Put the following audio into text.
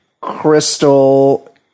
Crystal